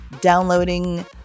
downloading